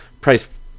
price